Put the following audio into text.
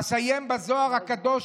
אסיים בזוהר הקדוש,